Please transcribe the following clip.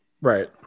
Right